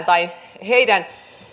tai heidän